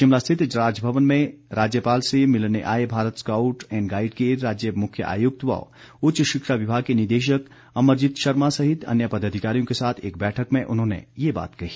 शिमला स्थित राजभवन में राज्यपाल से मिलने आए भारत स्काउट एंड गाईड के राज्य मुख्य आयुक्त व उच्च शिक्षा विभाग के निदेशक अमरजीत शर्मा सहित अन्य पदाधिकारियों के साथ एक बैठक में उन्होंने ये बात कही